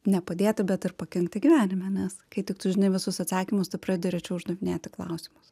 nepadėti bet ir pakenkti gyvenime nes kai tik tu žinai visus atsakymus tu pradedi rečiau uždavinėti klausimus